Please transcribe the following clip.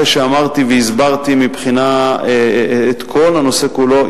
אחרי שאמרתי והסברתי את כל הנושא כולו,